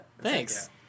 Thanks